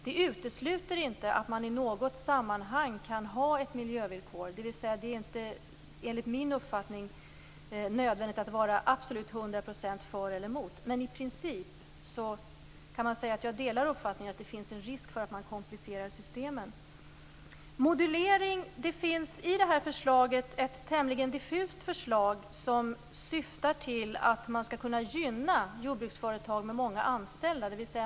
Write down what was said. Detta utesluter inte att man i något sammanhang kan ha ett miljövillkor. Det är alltså inte enligt min uppfattning nödvändigt att vara till hundra procent för eller emot. Men i princip delar jag uppfattningen att det finns en risk för att man komplicerar systemen. När det gäller modulering finns det här ett tämligen diffust förslag som syftar till att man skall kunna gynna jordbruksföretag med många anställda.